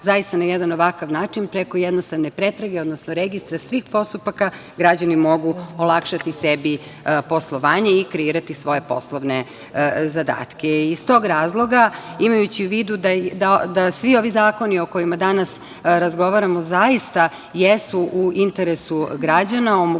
zaista na jedan ovakav način, preko jednostavne pretrage, odnosno registra svih postupaka, građani mogu olakšati sebi poslovanje i kreirati svoje poslovne zadatke. Iz tog razloga, imajući u vidu da svi ovi zakoni o kojima danas razgovaramo zaista jesu u interesu građana, omogućavaju